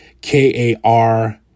K-A-R